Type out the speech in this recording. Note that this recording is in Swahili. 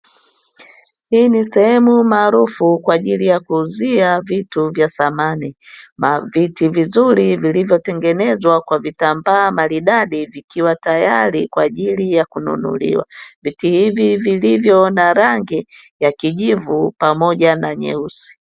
Hii ni sehemu maarufu kwa ajili ya kuuzia vitu vya samani, viti vizuri vilivyotengenezwa kwa vitambaa tayari kwa ajili ya kununuliwa, viti hivi vilivyo na rangi ya kijivu pamoja na nyeusi.